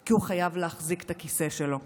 כי הוא חייב להחזיק את הכיסא שלו.